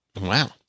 Wow